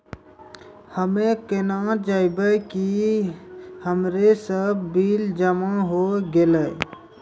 हम्मे केना जानबै कि हमरो सब बिल जमा होय गैलै?